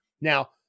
Now